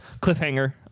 cliffhanger